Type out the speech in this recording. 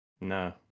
no